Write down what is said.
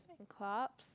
clubs